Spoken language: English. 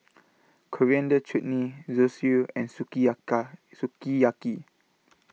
Coriander Chutney Zosui and Sukiyaki